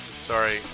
sorry